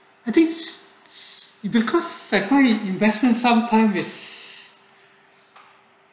I thinks you because secondary investment some time is